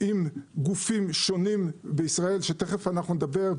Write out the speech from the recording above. עם גופים שונים בישראל שתיכף נדבר.